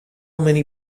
many